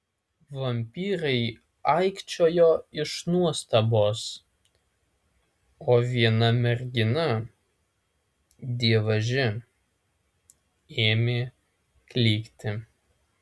vampyrai aikčiojo iš nuostabos o viena mergina dievaži ėmė klykti